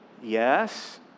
Yes